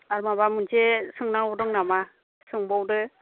आर माबा मोनसे सोंनांगौ दं नामा सोंबावदो